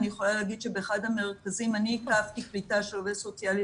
אני יכולה להגיד שבאחד המרכזים אני עיכבתי קליטה של עובד סוציאלי